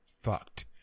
fucked